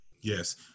yes